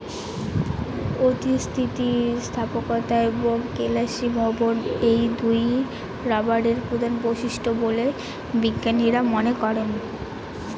অতি স্থিতিস্থাপকতা এবং কেলাসীভবন এই দুইই রবারের প্রধান বৈশিষ্ট্য বলে বিজ্ঞানীরা মনে করেন